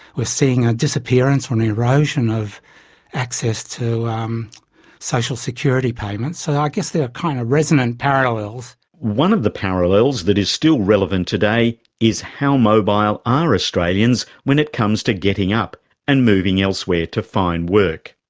we're seeing a disappearance or an erosion of access to um social security payments, so i guess there are kind of resonant parallels. one of the parallels that is still relevant today is how mobile are australians when it comes to getting up and moving elsewhere to find work.